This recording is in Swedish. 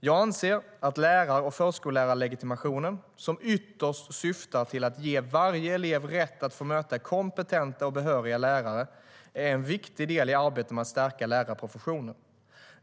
Jag anser att lärar och förskollärarlegitimationen, som ytterst syftar till att ge varje elev rätt att få möta kompetenta och behöriga lärare, är en viktig del i arbetet med att stärka lärarprofessionen.